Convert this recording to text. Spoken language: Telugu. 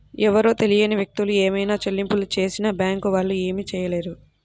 ఎవరో తెలియని వ్యక్తులు ఏవైనా చెల్లింపులు చేసినా బ్యేంకు వాళ్ళు ఏమీ చేయలేరు